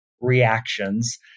reactions